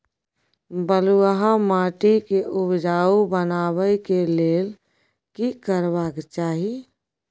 बालुहा माटी के उपजाउ बनाबै के लेल की करबा के चाही?